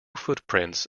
footprints